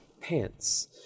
pants